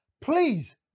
please